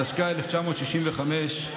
התשכ"ה 1965,